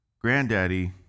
granddaddy